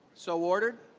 so ordered.